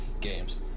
games